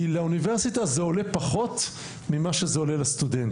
כי לאוניברסיטה זה עולה פחות ממה שזה עולה לסטודנט.